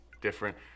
different